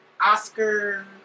Oscar